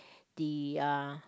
the uh